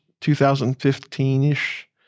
2015-ish